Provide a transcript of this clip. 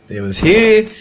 it was here,